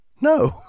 no